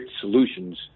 solutions